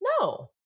No